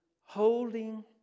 holding